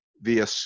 via